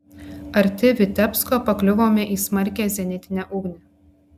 arti vitebsko pakliuvome į smarkią zenitinę ugnį